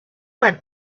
when